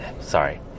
Sorry